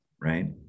right